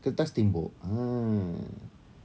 kertas tembok ah